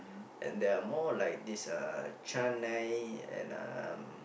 and there are more like this uh Chennai and um